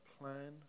plan